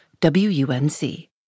WUNC